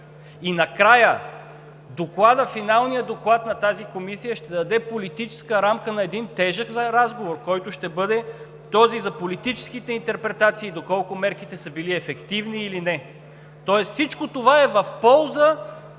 И накрая, финалният доклад на тази комисия ще даде политическа рамка на един тежък разговор, който ще бъде този за политическите интерпретации, доколко мерките са били ефективни или не. Тоест всичко това е в полза